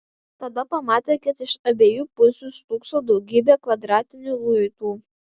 tada pamatė kad iš abiejų pusių stūkso daugybė kvadratinių luitų